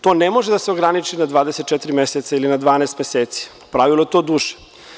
To ne može da se ograniči na 24 meseca, ili na 12 meseci, po pravilu je to duže.